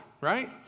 right